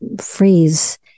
freeze